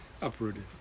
uprooted